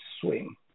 swing